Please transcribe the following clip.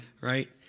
right